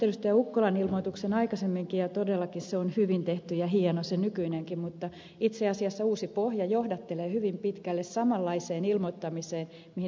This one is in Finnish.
ukkolan ilmoituksen aikaisemminkin ja todellakin se on hyvin tehty ja hieno se nykyinenkin mutta itse asiassa uusi pohja johdattelee hyvin pitkälle samanlaiseen ilmoittamiseen mihin ed